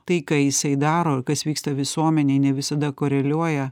tai ką jisai daro kas vyksta visuomenėj ne visada koreliuoja